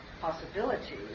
possibilities